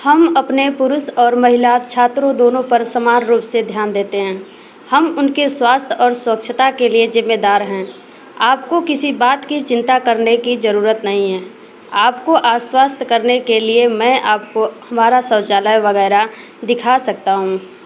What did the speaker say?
हम अपने पुरुष और महिला छात्रों दोनों पर समान रूप से ध्यान देते हैं हम उनके स्वास्थ्य और स्वच्छता के लिए ज़िम्मेदार हैं आपको किसी बात की चिंता करने की ज़रूरत नहीं है आपको आश्वास्त करने के लिए मैं आपको हमारा शौचालय वगैरह दिखा सकता हूँ